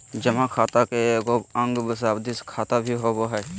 जमा खाता के एगो अंग सावधि खाता भी होबो हइ